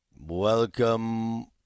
welcome